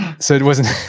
so it wasn't,